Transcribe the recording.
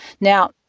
Now